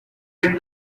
red